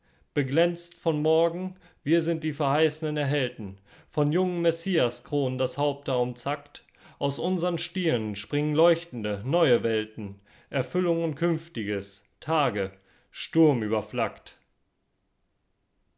beglänzt von morgen wir sind die verheißnen erhellten von jungen messiaskronen das haupthaar umzackt aus unsern stirnen springen leuchtende neue welten erfüllung und künftiges tage